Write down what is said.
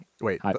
Wait